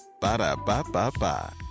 Ba-da-ba-ba-ba